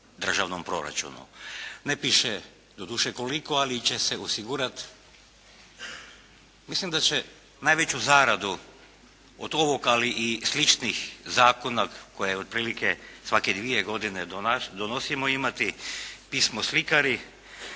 Ne piše doduše koliko ali će se osigurati. Mislim da će najveću zaradu od ovog, ali i sličnih zakona koje otprilike svake dvije godine donosimo imati pismoslikari,